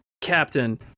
captain